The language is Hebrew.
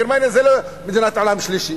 גרמניה היא לא מדינת עולם שלישי